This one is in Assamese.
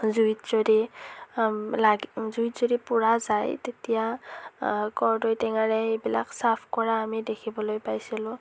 জুইত যদি লাগ জুইত যদি পোৰা যায় তেতিয়া কৰ্দৈ টেঙাৰে এইবিলাক চাফ কৰা আমি দেখিবলৈ পাইছিলোঁ